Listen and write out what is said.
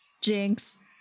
Jinx